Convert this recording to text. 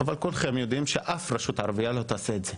אבל כולכם יודעים שאף רשות ערבית לא תעשה את זה.